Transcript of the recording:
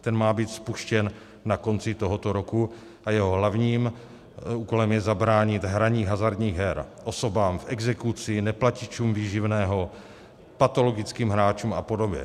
Ten má být spuštěn na konci tohoto roku a jeho hlavním úkolem je zabránit hraní hazardních her osobám v exekuci, neplatičům výživného, patologickým hráčům a podobně.